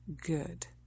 good